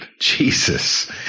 Jesus